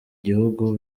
gihugu